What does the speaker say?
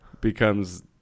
becomes